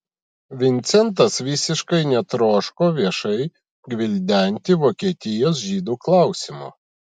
vincentas visiškai netroško viešai gvildenti vokietijos žydų klausimo